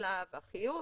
לשלב החיוב,